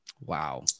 Wow